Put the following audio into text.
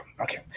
Okay